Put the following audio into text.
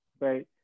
right